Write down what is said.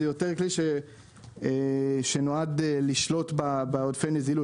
זה יותר כלי שנועד לשלוט בעודפי הנזילות.